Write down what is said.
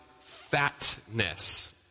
fatness